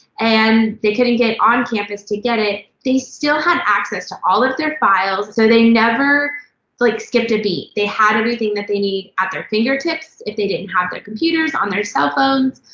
and they couldn't get on campus to get it, they still had access to all of their files, so they never like skipped a beat. they had everything that they need at their fingertips, if they didn't have their computers, on their cellphones,